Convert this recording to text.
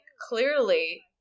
clearly